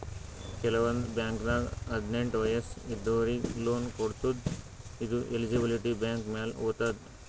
ಕೆಲವಂದ್ ಬಾಂಕ್ದಾಗ್ ಹದ್ನೆಂಟ್ ವಯಸ್ಸ್ ಇದ್ದೋರಿಗ್ನು ಲೋನ್ ಕೊಡ್ತದ್ ಇದು ಎಲಿಜಿಬಿಲಿಟಿ ಬ್ಯಾಂಕ್ ಮ್ಯಾಲ್ ಹೊತದ್